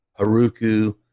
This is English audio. Haruku